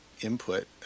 input